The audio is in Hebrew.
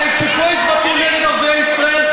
הרי כשפה התבטאו נגד ערביי ישראל,